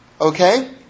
Okay